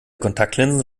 kontaktlinsen